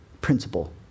principle